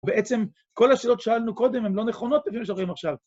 ובעצם כל השאלות שאלנו קודם הן לא נכונות לפי מה שאתם רואים עכשיו.